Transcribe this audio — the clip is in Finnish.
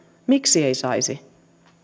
miksi ei saisi